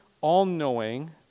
all-knowing